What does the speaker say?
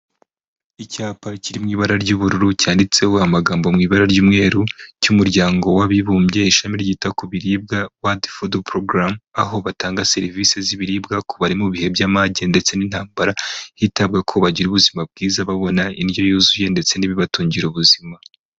Icyapa kiri mu ibara ry'ubururu cyanditseho amagambo mu ibara ry'umweru, cy'umuryango w'abibumbye ishami ryita ku biribwa World Food Program, aho batanga serivisi z'ibiribwa ku bari mu bihe by'amage ndetse n'intambara, hitabwa ko bagira ubuzima bwiza babona indyo yuzuye ndetse n'ibibatungira ubuzima.